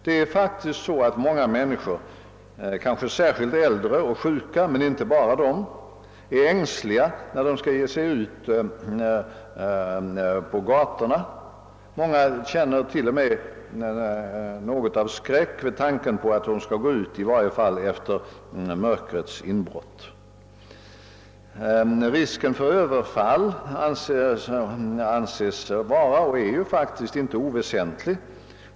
Det är faktiskt så att många människor, kanske särskilt äldre och sjuka men inte bara dessa, är ängsliga när de skall ge sig ut på gatorna. Många känner till och med något av skräck vid tanken på att gå ut i varje fall efter mörkrets inbrott. Risken för överfall anses vara och är faktiskt inte oväsentlig.